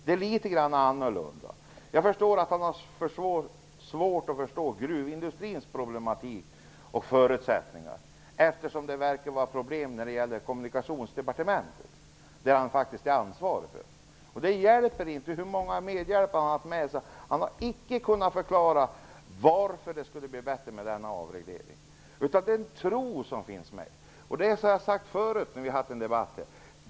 Det är litet grand annorlunda. Jag förstår att han har svårt att förstå gruvindustrins problematik och förutsättningar, eftersom det verkar finnas problem när det gäller Kommunikationsdepartementet, som han faktiskt är ansvarig för. Det hjälper inte hur många medhjälpare han har haft med sig. Han har icke kunnat förklara varför det skulle bli bättre med denna avreglering. Det är tro som finns med i bilden. Det har jag sagt förut i den här debatten.